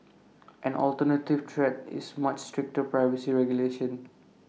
an alternative threat is much stricter privacy regulation